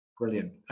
Brilliant